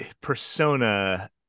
persona